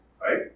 right